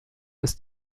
ist